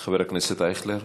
חבר הכנסת אייכלר?